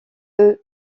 eut